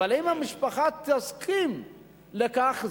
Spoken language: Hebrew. אבל אם המשפחה תסכים לכך,